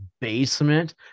basement